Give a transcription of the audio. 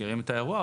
מכירים את האירוע,